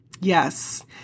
yes